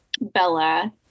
Bella